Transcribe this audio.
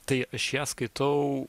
tai aš ją skaitau